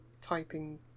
typing